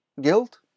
guilt